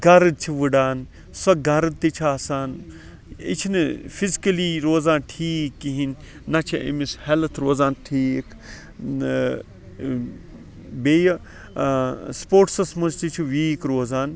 گرد چھِ وٕڈان سۄ گرد تہِ چھِ آسان یہِ چھ نہٕ فِزکٔلی روزان ٹھیٖک کِہِیٖنۍ نہ چھ أمِس ہیٚلتھ روزان ٹھیٖک بیٚیہِ سپوٹسَس مَنٛز تہِ چھُ ویٖک روزان